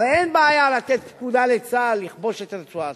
הרי אין בעיה לתת פקודה לצה"ל לכבוש את רצועת-עזה.